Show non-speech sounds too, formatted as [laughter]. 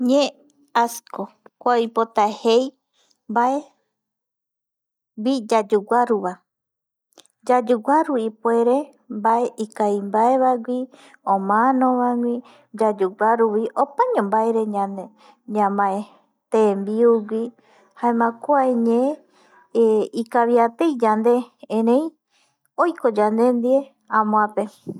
Ñe asko kua oipota jei mbaegui yayoguaruva, yayoguaru ipuere mbae ikavi mbae vaegui omanovagui yayuguaruvi opaño mbaere ñamae tembiugui jaema kuae ñe [hesitation] ikaviatei yande erei oiko yande ndie amoape